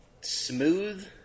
smooth